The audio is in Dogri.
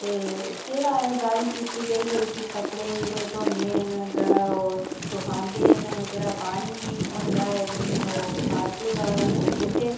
ते जेह्ड़ा एह् गल्ल कीती गेई की जेह्ड़ा एह् कपड़े धोने न ओह् सखांदे न जेह्ड़ा पानी होंदा ऐ ते ओह् फालतू दा ते ओह् कुत्थै